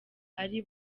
ari